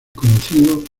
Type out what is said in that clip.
conocido